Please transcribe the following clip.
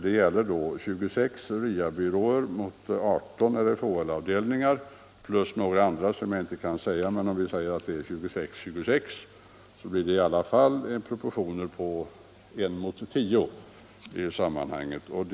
Det gäller alltså 26 RIA-byråer mot 18 RFHL-avdelningar plus några andra enheter, som jag nu inte kan erinra mig, men om vi sätter 26-26, blir proportionen i alla fall 1:10.